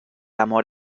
amor